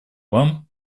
вам